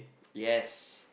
yes